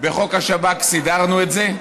בחוק השב"כ סידרנו את זה,